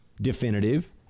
definitive